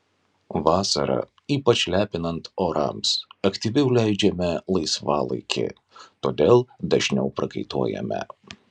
vasarą ypač lepinant orams aktyviau leidžiame laisvalaikį todėl dažniau prakaituojame